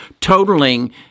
totaling